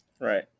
Right